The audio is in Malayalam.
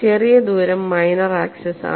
ചെറിയ ദൂരം മൈനർ ആക്സിസ് ആണ്